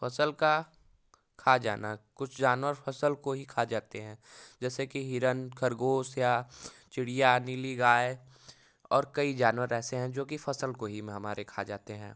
फसल का खा जाना कुछ जानवर फसल को ही खा जाते हैं जैसे कि हिरन खरगोश या चिड़िया नीली गाय और कई जानवर ऐसे हैं जो कि फसल को ही हमारे खा जाते हैं